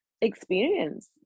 experience